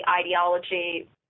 ideology